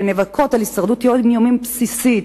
שנאבקות על הישרדות יומיומית בסיסית,